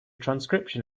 transcription